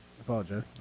apologize